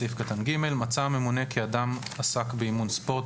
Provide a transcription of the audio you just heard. (ג)מצא הממונה כי אדם עסק באימון ספורט